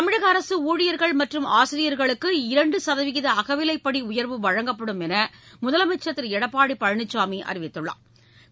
தமிழக அரசு ஊழியர்கள் மற்றும் ஆசிரியர்களுக்கு இரண்டு சதவிகித அகவிவைப்படி உயர்வு வழங்கப்படும் என்று முதலமைச்சா் திரு எடப்பாடி பழனிசாமி அறிவித்துள்ளாா்